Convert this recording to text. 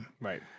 Right